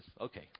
Okay